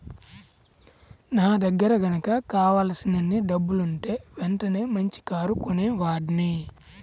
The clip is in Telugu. నా దగ్గర గనక కావలసినన్ని డబ్బులుంటే వెంటనే మంచి కారు కొనేవాడ్ని